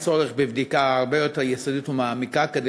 אין צורך בבדיקה הרבה יותר יסודית ומעמיקה כדי